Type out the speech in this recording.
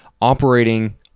operating